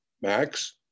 Max